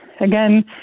again